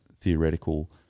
theoretical